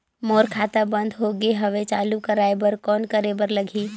मोर खाता बंद हो गे हवय चालू कराय बर कौन करे बर लगही?